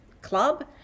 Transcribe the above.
club